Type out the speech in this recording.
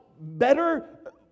better